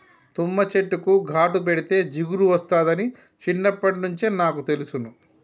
తుమ్మ చెట్టుకు ఘాటు పెడితే జిగురు ఒస్తాదని చిన్నప్పట్నుంచే నాకు తెలుసును